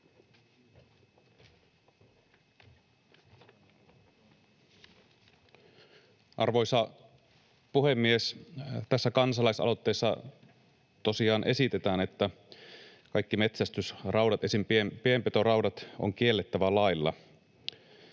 Arvoisa puhemies! Tässä kansalaisaloitteessa tosiaan esitetään, että kaikki metsästysraudat, esim. pienpetoraudat, on kiellettävä lailla.